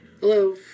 Hello